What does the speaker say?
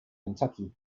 kentucky